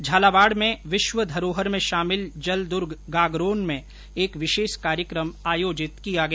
झालावाड़ में विश्व धरोहर में शामिल जल दुर्ग गागरोन में एक विशेष कार्यक्रम आयोजित किया गया